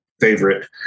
favorite